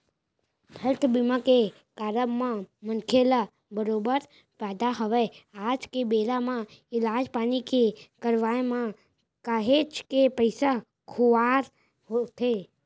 health बीमा के कारब म मनखे ल बरोबर फायदा हवय आज के बेरा म इलाज पानी के करवाय म काहेच के पइसा खुवार होथे